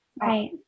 Right